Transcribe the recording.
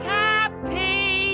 happy